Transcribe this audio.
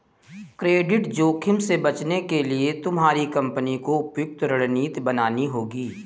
credit जोखिम से बचने के लिए तुम्हारी कंपनी को उपयुक्त रणनीति बनानी होगी